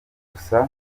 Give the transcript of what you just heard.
gusa